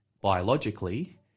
biologically